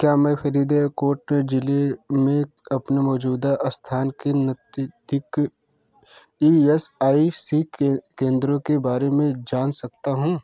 क्या मैं फ़रीदकोट ज़िले में अपने मौजूदा स्थान के नज़दीक ई एस आई सी केंद्रों के बारे में जान सकता हूँ